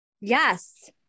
yes